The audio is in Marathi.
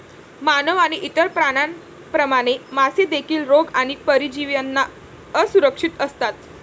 मानव आणि इतर प्राण्यांप्रमाणे, मासे देखील रोग आणि परजीवींना असुरक्षित असतात